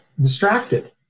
distracted